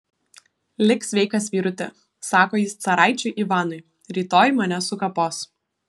lik sveikas vyruti sako jis caraičiui ivanui rytoj mane sukapos